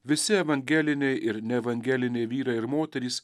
visi evangeliniai ir ne evangeliniai vyrai ir moterys